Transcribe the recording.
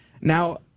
Now